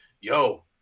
yo